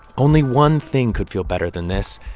only one thing could feel better than this.